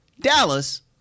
Dallas